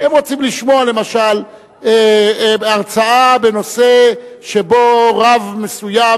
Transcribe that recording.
הם רוצים לשמוע למשל הרצאה בנושא שבו רב מסוים